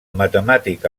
matemàtic